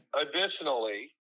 additionally